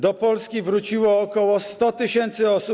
Do Polski wróciło ok. 100 tys. osób.